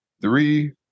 three